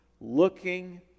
looking